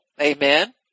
Amen